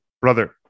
Brother